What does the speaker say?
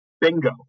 Bingo